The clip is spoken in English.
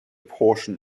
portion